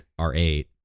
R8